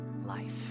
Life